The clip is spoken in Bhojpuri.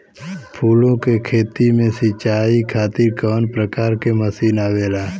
फूलो के खेती में सीचाई खातीर कवन प्रकार के मशीन आवेला?